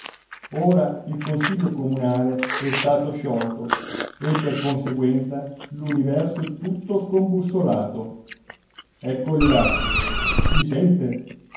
ora il consiglio comunale è stato sciolto e per conseguenza l'universo è tutto scombussolato eccoli là li sente